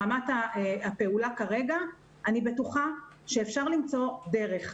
ברמת הפעולה כרגע אני בטוחה שאפשר למצוא דרך,